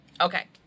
Okay